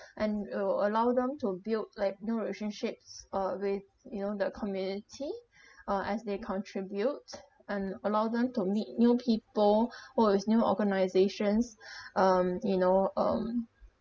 and will allow them to build like new relationships uh with you know the community uh as they contribute and allow them to meet new people work with new organisations um you know um